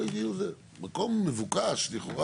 מקום מבוקש לכאורה,